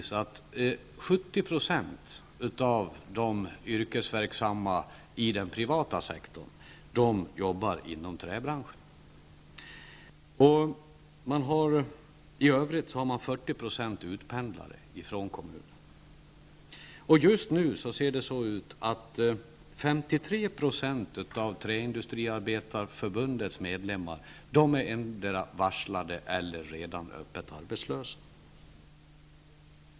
70 92 av de yrkesverksamma i den privata sektorn jobbar inom träbranschen. I övrigt finns 40 20 utpendlare, som pendlar från kommunen. Just nu är 53 20 av Träindustriarbetareförbundets medlemmar varslade eller öppet arbetslösa.